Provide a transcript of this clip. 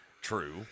True